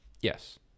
yes